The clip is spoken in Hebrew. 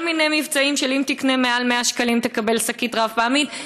כל מיני מבצעים של "אם תקנה ביותר מ-100 שקלים תקבל שקית רב-פעמית",